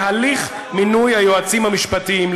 להליך מינוי היועצים המשפטיים.